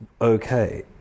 okay